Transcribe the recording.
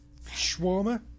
shawarma